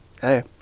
hey